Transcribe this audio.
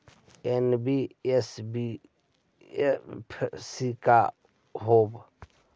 NBFC का होब?